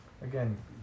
again